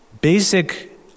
Basic